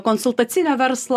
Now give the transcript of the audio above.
konsultacinio verslo